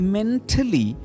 Mentally